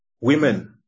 women